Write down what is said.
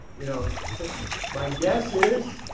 you know my guess is